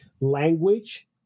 Language